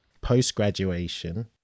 post-graduation